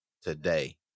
today